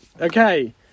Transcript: Okay